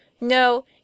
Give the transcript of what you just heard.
No